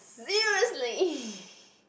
seriously